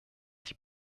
die